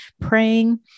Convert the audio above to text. praying